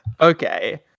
Okay